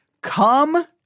Come